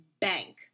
bank